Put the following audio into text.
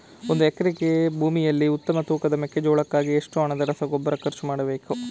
ಒಂದು ಎಕರೆ ಭೂಮಿಯಲ್ಲಿ ಉತ್ತಮ ತೂಕದ ಮೆಕ್ಕೆಜೋಳಕ್ಕಾಗಿ ಎಷ್ಟು ಹಣದ ರಸಗೊಬ್ಬರ ಖರ್ಚು ಮಾಡಬೇಕು?